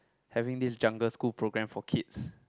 having this jungle school program for kids